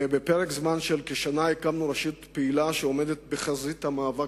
ובפרק זמן של כשנה הקמנו רשות פעילה אשר עומדת בחזית המאבק